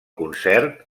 concert